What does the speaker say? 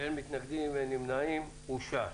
הצבעה בעד, 5 נגד, אין נמנעים, אין